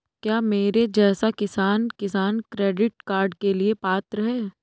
क्या मेरे जैसा किसान किसान क्रेडिट कार्ड के लिए पात्र है?